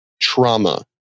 trauma